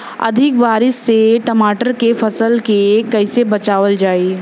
अधिक बारिश से टमाटर के फसल के कइसे बचावल जाई?